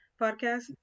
podcast